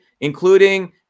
including